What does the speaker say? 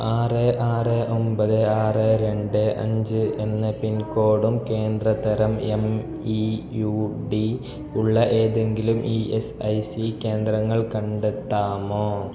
ആറ് ആറ് ഒമ്പത് ആറ് രണ്ട് അഞ്ച് എന്ന പിൻകോഡും കേന്ദ്ര തരം എം ഇ യു ഡി ഉള്ള ഏതെങ്കിലും ഇ എസ് ഐ സി കേന്ദ്രങ്ങൾ കണ്ടെത്താമോ